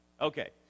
Okay